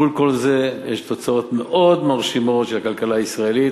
מול כל זה יש תוצאות מאוד מרשימות לכלכלה הישראלית,